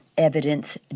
evidence